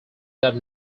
that